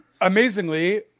amazingly